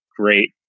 great